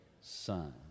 son